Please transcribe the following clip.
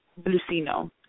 Blucino